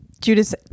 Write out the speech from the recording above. Judas